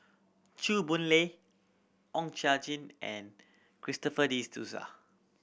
Chew Boon Lay Oon Cha Gee and Christopher De Souza